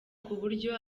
kuburyo